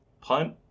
Punt